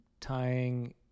tying